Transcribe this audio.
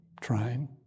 trying